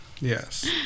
Yes